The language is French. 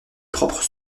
propre